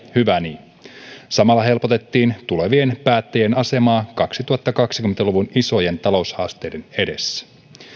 hyvä niin samalla helpotettiin tulevien päättäjien asemaa kaksituhattakaksikymmentä luvun isojen taloushaasteiden edessä